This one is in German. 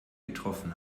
getroffen